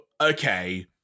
okay